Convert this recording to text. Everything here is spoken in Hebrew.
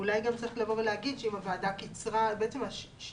אולי גם צריך לומר שבעצם השינויים